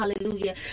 Hallelujah